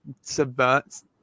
subverts